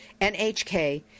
NHK